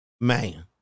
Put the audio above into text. man